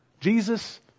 Jesus